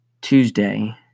Tuesday